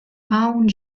hawn